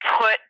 put